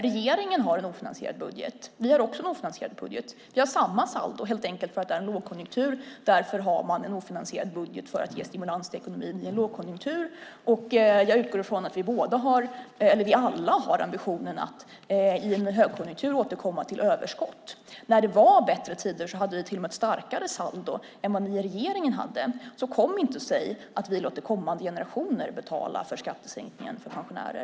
Regeringen har en ofinansierad budget. Vi har också en ofinansierad budget. Vi har samma saldo helt enkelt för att det är lågkonjunktur. Man har en ofinansierad budget för att ge stimulans till ekonomin i en lågkonjunktur. Jag utgår från att vi alla har ambitionen att i en högkonjunktur återkomma till överskott. När det var bättre tider hade vi till och med ett starkare saldo än vad regeringen hade. Kom därför inte och säg att vi låter kommande generationer betala för skattesänkningen för pensionärer!